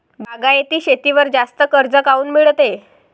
बागायती शेतीवर जास्त कर्ज काऊन मिळते?